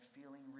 feeling